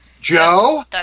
Joe